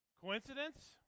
Coincidence